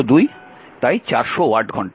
তাই 400 ওয়াট ঘন্টা